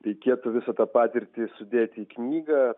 reikėtų visą tą patirtį sudėti į knygą